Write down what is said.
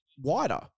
wider